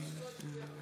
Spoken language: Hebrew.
ההצעה עברה